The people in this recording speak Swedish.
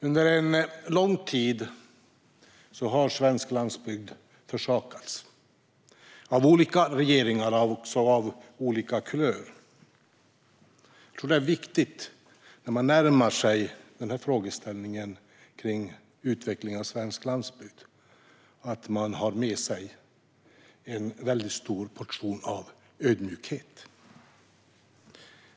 Under en lång tid har svensk landsbygd försakats av olika regeringar av olika kulörer. Jag tror att det är viktigt att man, när man närmar sig frågeställningen kring utvecklingen av svensk landsbygd, har med sig en stor portion av ödmjukhet.